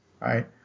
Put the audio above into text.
right